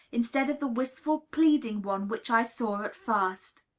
instead of the wistful, pleading one which i saw at first.